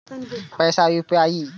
पैसा यू.पी.आई?